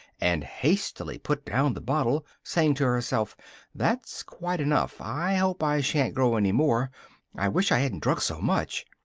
and hastily put down the bottle, saying to herself that's quite enough i hope i sha'n't grow any more i wish i hadn't drunk so much!